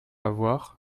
avoir